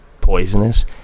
poisonous